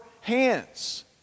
hands